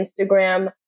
Instagram